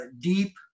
deep